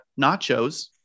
nachos